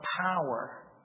power